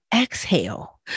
exhale